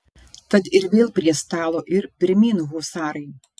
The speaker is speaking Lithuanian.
tad ir vėl prie stalo ir pirmyn husarai